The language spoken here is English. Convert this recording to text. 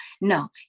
No